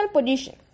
position